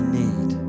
need